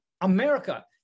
America